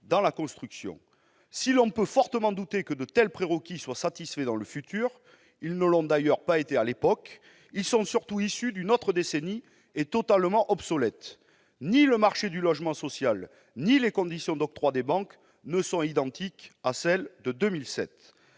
dans la construction. Si l'on peut fortement douter que de tels prérequis soient satisfaits dans le futur- ils ne l'ont d'ailleurs pas été à l'époque -, ils sont surtout issus d'une autre décennie et totalement obsolètes : ni le marché du logement social ni les conditions d'octroi de prêts par les banques ne sont identiques à ceux de 2007.